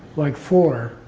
like four.